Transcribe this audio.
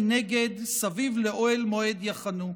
מנגד סביב לאהל מועד יחנו".